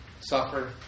suffer